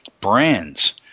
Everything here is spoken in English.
brands